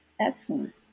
excellent